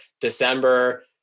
December